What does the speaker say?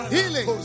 Healing